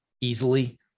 easily